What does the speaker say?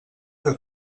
que